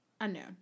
Unknown